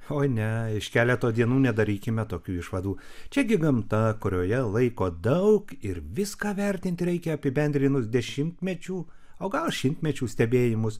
o ne iš keleto dienų nedarykime tokių išvadų čia gi gamta kurioje laiko daug ir viską vertinti reikia apibendrinus dešimtmečių o gal šimtmečių stebėjimus